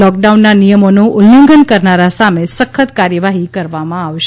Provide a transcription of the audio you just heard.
લૉકડાઉનના નિયમોનું ઉલ્લંઘન કરનારા સામે સખત કાર્યવાહી કરવામાં આવશે